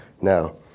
Now